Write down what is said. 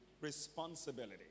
responsibility